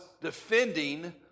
defending